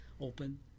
open